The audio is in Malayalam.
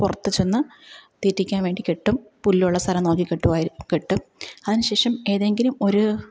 പുറത്ത് ചെന്ന് തീറ്റിക്കാൻ വേണ്ടി കെട്ടും പുല്ലുള്ള സ്ഥലം നോക്കി കെട്ടുമായിരി കെട്ടും അതിന് ശേഷം ഏതെങ്കിലും ഒരു